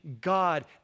God